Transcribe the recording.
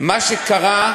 מה שקרה,